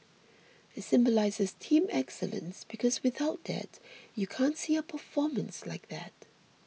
it symbolises team excellence because without that you can't see a performance like that